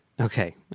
Okay